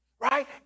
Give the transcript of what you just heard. right